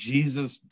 Jesus